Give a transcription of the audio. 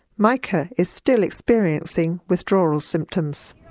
mica is still experiencing withdrawal symptoms.